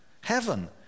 heaven